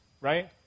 right